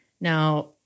Now